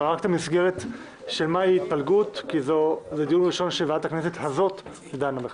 אבל רק המסגרת מהי התפלגות כי זה דיון שוועדת הכנסת הזאת דנה בזה.